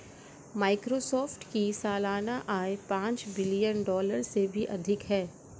Microsoft की सालाना आय पांच बिलियन डॉलर से भी अधिक है